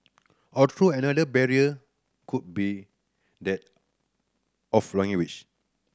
although another barrier could be that of language